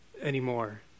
anymore